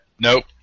Nope